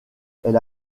elle